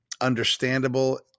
understandable